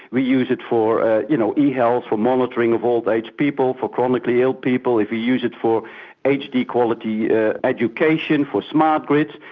we use it for ah you know e-health, for monitoring of old age people, for chronically ill people, if we use it for hd-quality ah education, for smart grids.